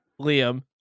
Liam